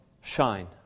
shine